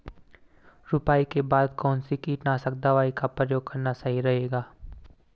रुपाई के बाद कौन सी कीटनाशक दवाई का प्रयोग करना सही रहेगा?